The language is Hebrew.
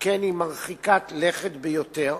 שכן היא מרחיקת לכת ביותר,